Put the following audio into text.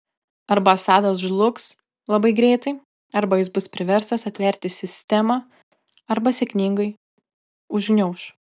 arba assadas žlugs labai greitai arba jis bus priverstas atverti sistemą arba sėkmingai užgniauš